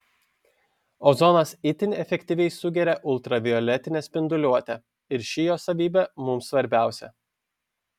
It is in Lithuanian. ozonas itin efektyviai sugeria ultravioletinę spinduliuotę ir ši jo savybė mums svarbiausia